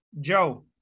Joe